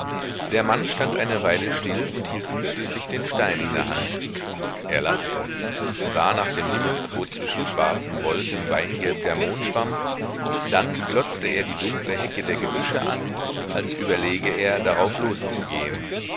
der mann stand eine weile still und hielt unschlüssig den stein in der hand er lachte sah nach dem himmel wo zwischen schwarzen wolken weingelb der mond schwamm dann glotzte er die dunkle hecke der gebüsche an als überlege er darauf loszugehen